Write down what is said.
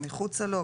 מחוצה לו,